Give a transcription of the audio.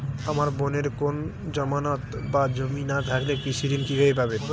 আমার বোনের কোন জামানত বা জমি না থাকলে কৃষি ঋণ কিভাবে পাবে?